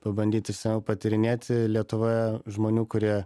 pabandyti sau patyrinėti lietuvoje žmonių kurie